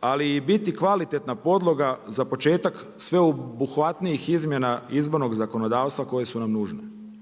ali i biti kvalitetna podloga za početak sveobuhvatnijih izmjena izbornog zakonodavstva koje su nam nužne.